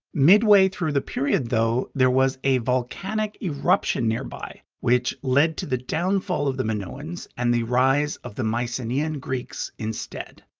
midway through the period though, there was a volcanic eruption nearby which led to the downfall of the minoans and the rise of the mycenean greeks instead.